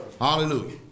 Hallelujah